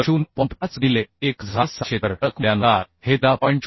5 गुणिले 1700 तरठळक मूल्यानुसार हे 13